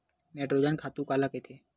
Nitrogen खातु काला कहिथे?